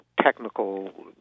technical